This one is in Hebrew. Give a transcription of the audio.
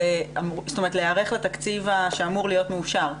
זאת אומרת להיערך לתקציב שאמור להיות מאושר,